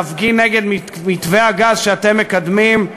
להפגין נגד מתווה הגז שאתם מקדמים,